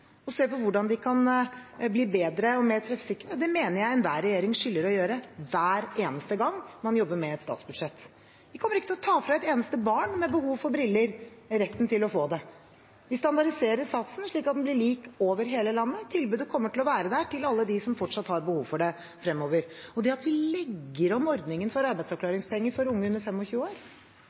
og se på hvordan de kan bli bedre og mer treffsikre, mener jeg enhver regjering skylder å gjøre, hver eneste gang man jobber med et statsbudsjett. Vi kommer ikke til å ta fra et eneste barn med behov for briller retten til å få det. Vi standardiserer satsen, slik at den blir lik over hele landet. Tilbudet kommer til å være der til alle dem som fortsatt har behov for det fremover. Det at vi legger om ordningen for arbeidsavklaringspenger for unge under 25 år